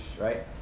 right